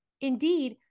Indeed